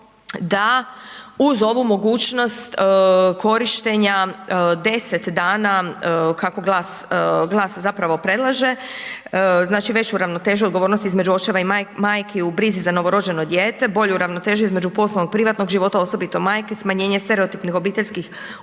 da uz ovu mogućnost korištenja 10 dana, kako GLAS, GLAS zapravo predlaže, znači veću ravnotežu odgovornosti između očeva i majki u brizi za novorođeno dijete, bolju ravnotežu između poslovnog i privatnog života, osobito majke, smanjenje stereotipnih obiteljskih